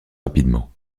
rapidement